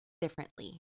differently